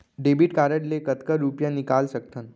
Debit card ले कतका रुपिया निकाल सकथन?